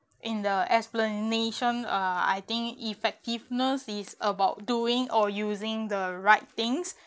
in the explanation uh I think effectiveness is about doing or using the right things